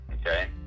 okay